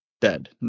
dead